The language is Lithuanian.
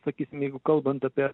sakysim jeigu kalbant apie